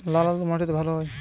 লাল আলু কোন মাটিতে ভালো হয়?